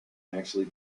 actually